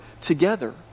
together